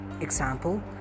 Example